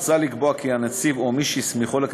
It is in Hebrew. במטרה לעודד מתוחקרים לשתף פעולה עם מהלך התחקיר,